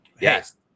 Yes